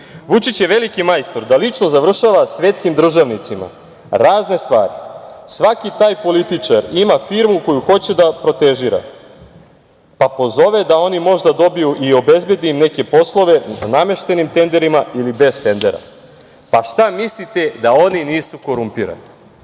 „Vučić je veliki majstor da lično završava svetskim državnicima razne stvari. Svaki taj političar ima firmu koju hoće da protežira, pa pozove da oni možda dobiju i obezbedi im neke poslove na nameštenim tenderima ili bez tendera. Pa, šta mislite, da oni nisu korumpirani?“Poštovani